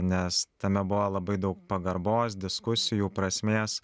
nes tame buvo labai daug pagarbos diskusijų prasmės